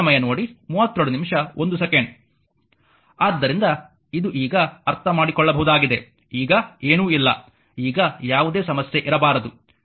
ಆದ್ದರಿಂದ ಇದು ಈಗ ಅರ್ಥಮಾಡಿಕೊಳ್ಳಬಹುದಾಗಿದೆಈಗ ಏನೂ ಇಲ್ಲ ಈಗ ಯಾವುದೇ ಸಮಸ್ಯೆ ಇರಬಾರದು